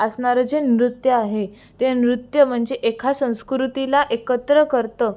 असणारं जे नृत्य आहे ते नृत्य म्हणजे एका संस्कृतीला एकत्र करतं